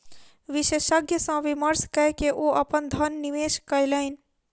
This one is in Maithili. विशेषज्ञ सॅ विमर्श कय के ओ अपन धन निवेश कयलैन